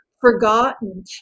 forgotten